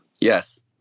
Yes